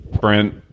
Brent